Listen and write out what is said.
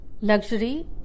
luxury